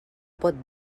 pot